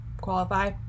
qualify